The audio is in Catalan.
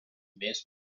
més